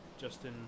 Justin